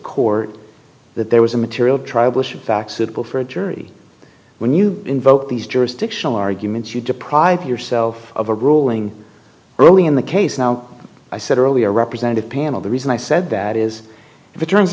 court that there was a material trouble shoot back suitable for a jury when you invoke these jurisdictional arguments you deprive yourself of a ruling early in the case now i said earlier represented panel the reason i said that is if it turns